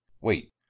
Wait